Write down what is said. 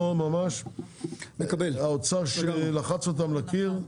פה ממש האוצר שלחץ אותם לקיר,